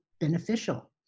beneficial